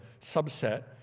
subset